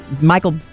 Michael